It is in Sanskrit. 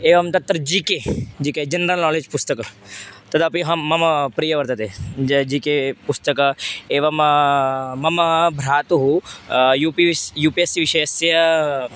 एवं तत्र G K G K general knowledge पुस्तकं तदपि अहं मम प्रियं वर्तते ज जि के पुस्तकं एवं मम भ्रातुः यु पि विस् यु पि एस् सी विषयस्य